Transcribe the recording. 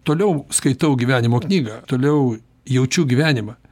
toliau skaitau gyvenimo knygą toliau jaučiu gyvenimą